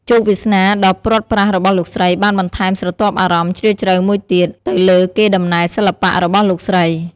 ជោគវាសនាដ៏ព្រាត់ប្រាសរបស់លោកស្រីបានបន្ថែមស្រទាប់អារម្មណ៍ជ្រាលជ្រៅមួយទៀត ទៅលើកេរដំណែលសិល្បៈរបស់លោកស្រី។